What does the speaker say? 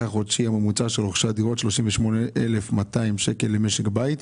החודשי הממוצע של רוכשי הדירות 38,200 שקלים למשק בית,